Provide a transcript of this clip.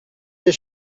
des